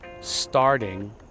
starting